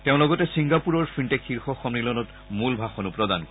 তেওঁ লগতে Singapore fintech শীৰ্ষ সন্মিলনত মূল ভাষণো প্ৰদান কৰিব